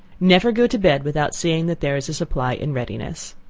never go to bed without seeing that there is a supply in readiness.